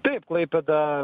taip klaipėda